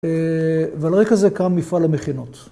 ועל רקע זה קם מפעל המכינות.